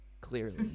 clearly